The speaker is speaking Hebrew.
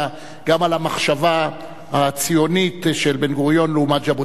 גם על המחשבה הציונית של בן-גוריון לעומת ז'בוטינסקי,